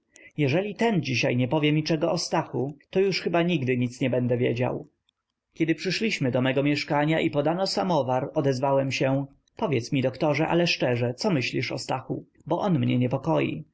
jeżeli ten dzisiaj nie powie mi czego o stachu to już chyba nigdy nic nie będę wiedział kiedy przyszliśmy do mego mieszkania i podano samowar odezwałem się powiedz mi doktorze ale szczerze co myślisz o stachu bo on mnie niepokoi